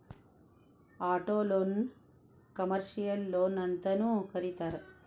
ಆಟೊಲೊನ್ನ ಕಮರ್ಷಿಯಲ್ ಲೊನ್ಅಂತನೂ ಕರೇತಾರ